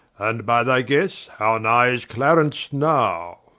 and by thy guesse, how nigh is clarence now?